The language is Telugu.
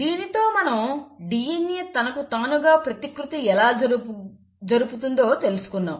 దీనితో మనం DNA తనకు తానుగా ప్రతికృతి ఎలా జరుపుతుందో తెలుసుకున్నాం